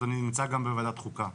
אני נמצא גם בוועדת חוקה,